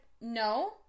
no